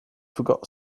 forgot